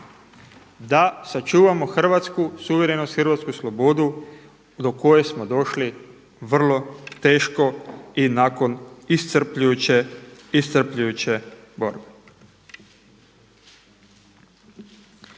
da sačuvamo hrvatsku suvremenost, hrvatsku slobodu do koje smo došli vrlo teško i nakon iscrpljujuće borbe.